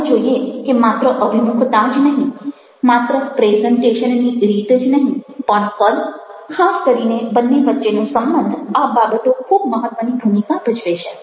ચાલો જોઈએ કે માત્ર અભિમુખતા જ નહિ માત્ર પ્રેઝન્ટેશનની રીત જ નહિ પણ કદ ખાસ કરીને બન્ને વચ્ચેનો સંબંધ આ બાબતો ખૂબ મહત્ત્વની ભૂમિકા ભજવે છે